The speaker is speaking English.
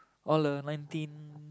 all uh nineteen